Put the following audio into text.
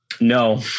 No